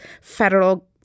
federal